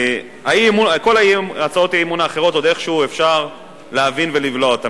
כל הצעות האי-אמון האחרות עוד איכשהו אפשר להבין ולבלוע אותן.